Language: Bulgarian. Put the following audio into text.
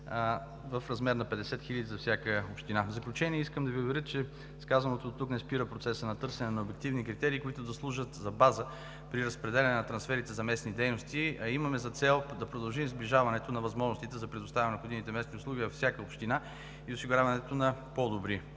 в размер на 50 хил. лв. за всяка община. В заключение, искам да Ви уверя, че с казаното дотук не спира процесът на търсене на обективни критерии, които да служат за база при разпределението на трансферите за местни дейности, а имаме за цел да продължи сближаването на възможностите за предоставяне на необходимите местни услуги във всяка община и осигуряването на по-добри